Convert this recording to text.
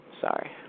Sorry